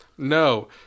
No